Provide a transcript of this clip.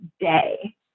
day